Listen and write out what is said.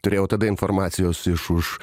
turėjau tada informacijos iš už